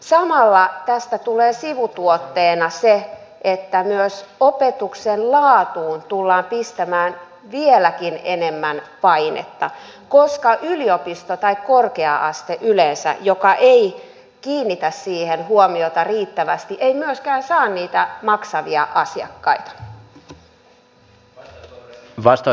samalla tästä tulee sivutuotteena se että myös opetuksen laatuun tullaan pistämään vieläkin enemmän painetta koska yliopisto tai korkea aste yleensä joka ei kiinnitä siihen huomiota riittävästi ei myöskään saa niitä maksavia asiakkaita